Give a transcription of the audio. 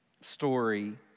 story